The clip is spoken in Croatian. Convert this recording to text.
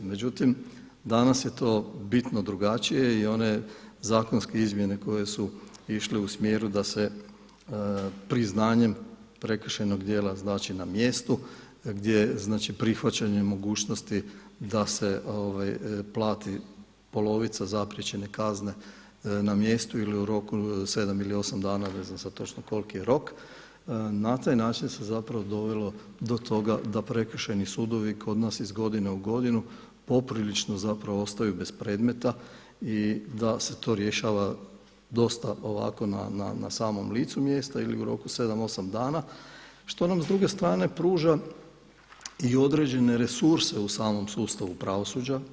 Međutim danas je to bitno drugačije i one zakonske izmjene koje su išle u smjeru da se priznanjem prekršajnog djela na mjestu gdje prihvaćenje mogućnosti da se plati polovica zapriječene kazne na mjestu ili u roku sedam ili osam dana, ne znam sada točno koliki je rok, na taj način se dovelo do toga da prekršajni sudovi kod nas iz godine u godinu poprilično ostaju bez predmeta i da se to rješava dosta ovako na samom licu mjesta ili u roku sedam, osam dana, što nam s druge strane pruža i određene resurse u samom sustavu pravosuđa.